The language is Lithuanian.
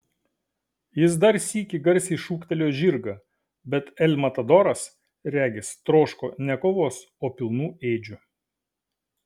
jis dar sykį garsiai šūktelėjo žirgą bet el matadoras regis troško ne kovos o pilnų ėdžių